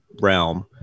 realm